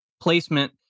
placement